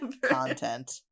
content